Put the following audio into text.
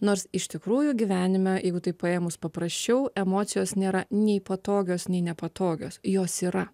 nors iš tikrųjų gyvenime jeigu taip paėmus paprasčiau emocijos nėra nei patogios nei nepatogios jos yra